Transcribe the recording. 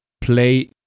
play